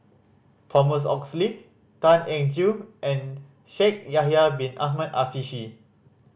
Thomas Oxley Tan Eng Joo and Shaikh Yahya Bin Ahmed Afifi